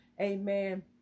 amen